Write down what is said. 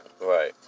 Right